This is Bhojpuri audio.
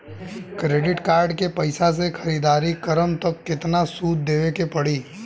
क्रेडिट कार्ड के पैसा से ख़रीदारी करम त केतना सूद देवे के पड़ी?